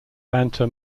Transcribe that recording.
banter